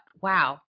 wow